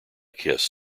kiss